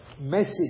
message